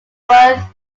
worth